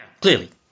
Clearly